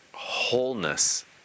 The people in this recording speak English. wholeness